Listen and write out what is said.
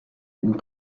une